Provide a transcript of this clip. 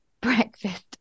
breakfast